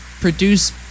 produce